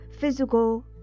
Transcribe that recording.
physical